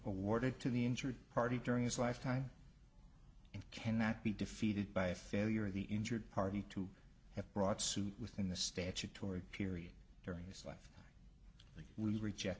awarded to the injured party during his lifetime and cannot be defeated by a failure of the injured party to have brought suit within the statutory period during his